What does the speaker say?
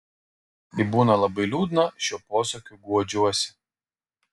kai būna labai liūdna šiuo posakiu guodžiuosi